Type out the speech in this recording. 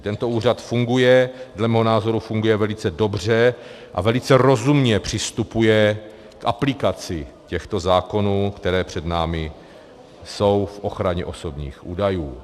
Tento úřad funguje, dle mého názoru funguje velice dobře a velice rozumně přistupuje k aplikaci těchto zákonů, které před námi jsou v ochraně osobních údajů.